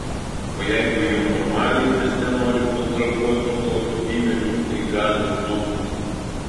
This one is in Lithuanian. o jeigu jau normaliai mieste nori padraguot su kokiu bymeriu tai gazas dugnas